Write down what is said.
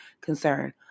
concern